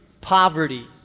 poverty